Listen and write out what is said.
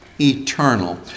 eternal